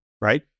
right